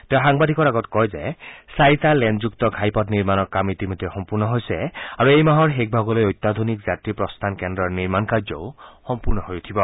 তেওঁ সাংবাদিকৰ আগত কয় যে চাৰিটা লেনযুক্ত ঘাইপথ নিৰ্মাণৰ কাম ইতিমধ্যে সম্পূৰ্ণ হৈছে আৰু এই মাহৰ শেষভাগলৈ অত্যাধুনিক যাত্ৰী প্ৰস্থান কেন্দ্ৰৰ নিৰ্মাণ কাৰ্যও সম্পূৰ্ণ হৈ উঠিব